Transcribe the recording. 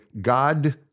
God